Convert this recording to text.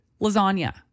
Lasagna